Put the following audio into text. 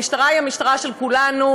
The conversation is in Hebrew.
המשטרה היא המשטרה של כולנו,